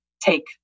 take